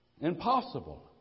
Impossible